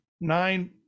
nine